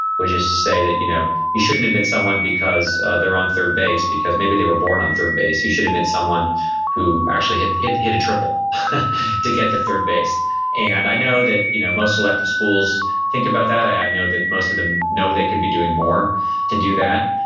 which is to say that you know you shouldn't admit someone because they're on third base, because maybe they were born on third base. you should admit someone who actually hit hit a triple to get to third base and i know that you know most selective schools think about that. i know that most of them know they could be doing more to do that.